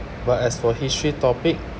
but as for history topic